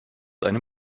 einem